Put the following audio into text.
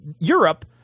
Europe